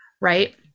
right